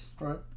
Right